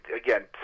again